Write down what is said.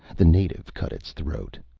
the native cut its throat.